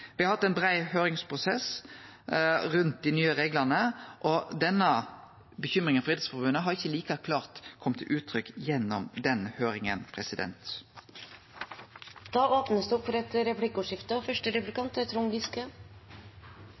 har hatt ein brei høyringsprosess rundt dei nye reglane, og denne uroa frå Idrettsforbundet har ikkje kome like klart til uttrykk gjennom den høyringa. Det blir replikkordskifte. Norges idrettsforbund / idrettsbevegelsen er en tverrpolitisk bevegelse med medlemmer i alle partier og